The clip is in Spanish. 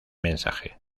mensaje